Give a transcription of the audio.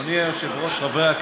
רק שנייה,